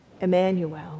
Emmanuel